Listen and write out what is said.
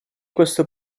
questo